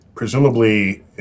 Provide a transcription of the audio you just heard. Presumably